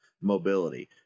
mobility